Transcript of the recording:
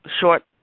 short